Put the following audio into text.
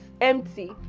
empty